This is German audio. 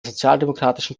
sozialdemokratischen